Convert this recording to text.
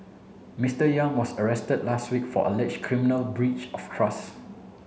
Mister Yang was arrested last week for alleged criminal breach of trust